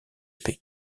paix